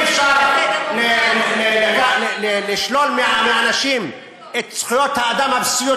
אי-אפשר לשלול מאנשים את זכויות האדם הבסיסיות